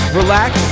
relax